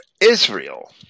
Israel